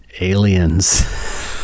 aliens